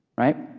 right?